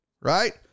right